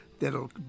that'll